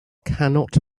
cannot